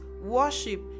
worship